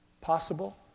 Possible